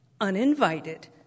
uninvited